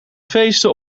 feesten